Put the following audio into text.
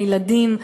לילדים,